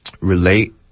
relate